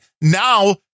Now